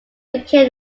became